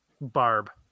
Barb